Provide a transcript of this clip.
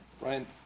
Ryan